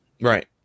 Right